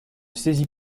saisis